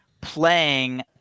playing